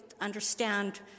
understand